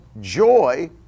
joy